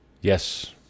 Yes